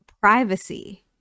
privacy